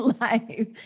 life